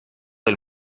del